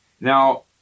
Now